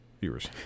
viewers